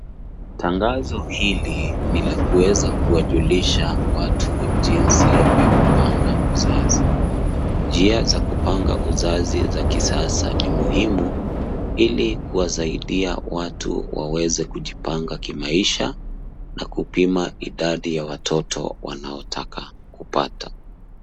Tangazo hili ni la kuweza kuwajulisha watu jinsi ya kupanga uzazi. Njia za kupanga uzazi za kisasa ni muhimu, ili kuwasaidia watu waweze kujipanga kimaisha, na kupima idadi ya watoto wanaotaka kupata.